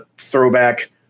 throwback